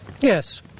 Yes